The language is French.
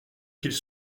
qu’ils